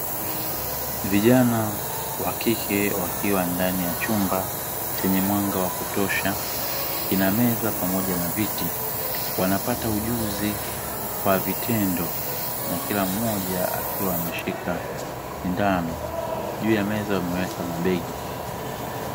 Vijana wa kike wakiwa ndani ya chumba chenye mwanga wa kutosha kinameza pamoja na viti, wanapata ujuzi kwa vitendo na kila mmoja akiwa ameshika sindano; juu ya meza wameweka mabegi.